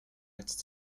jetzt